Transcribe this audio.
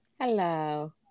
Hello